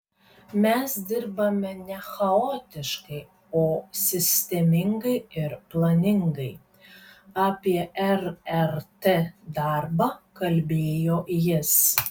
mes dirbame ne chaotiškai o sistemingai ir planingai apie rrt darbą kalbėjo jis